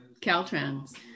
caltrans